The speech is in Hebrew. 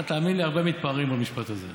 תאמין לי, הרבה מתפארים במשפט הזה.